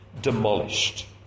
demolished